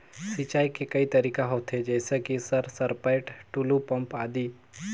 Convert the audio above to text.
सिंचाई के कई तरीका होथे? जैसे कि सर सरपैट, टुलु पंप, आदि?